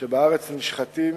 בארץ נשחטים